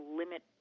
limit